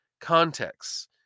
contexts